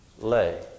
lay